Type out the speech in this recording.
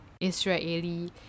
Israeli